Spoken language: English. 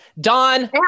Don